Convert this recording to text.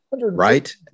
Right